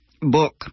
book